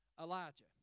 Elijah